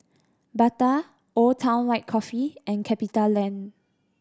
Bata Old Town White Coffee and CapitaLand